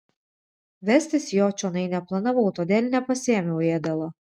vestis jo čionai neplanavau todėl nepasiėmiau ėdalo